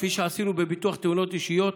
כפי שעשינו בביטוח תאונות אישיות,